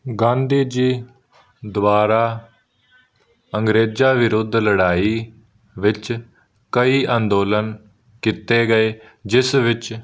ਗਾਂਧੀ ਜੀ ਦੁਆਰਾ ਅੰਗਰੇਜ਼ਾਂ ਵਿਰੁੱਧ ਲੜਾਈ ਵਿੱਚ ਕਈ ਅੰਦੋਲਨ ਕੀਤੇ ਗਏ ਜਿਸ ਵਿੱਚ